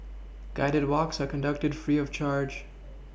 guided walks are conducted free of charge